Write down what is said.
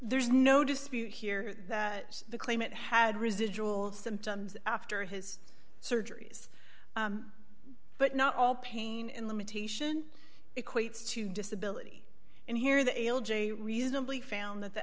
there's no dispute here that the claimant had residual symptoms after his surgeries but not all pain and limitation equates to disability and here the l j reasonably found that the